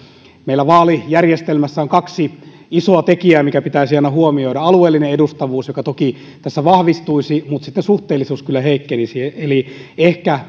meillä vaalijärjestelmässä on kaksi isoa tekijää mitkä pitäisi aina huomioida alueellinen edustavuus toki tässä vahvistuisi mutta sitten suhteellisuus kyllä heikkenisi eli ehkä